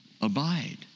Abide